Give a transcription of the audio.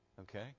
Okay